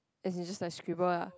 as in just like scribble ah